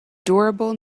durable